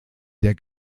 der